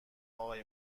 آقای